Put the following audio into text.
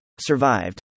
Survived